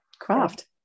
Craft